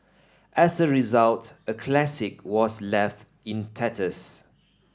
as a result a classic was left in tatters